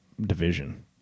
Division